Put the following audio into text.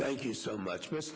thank you so much with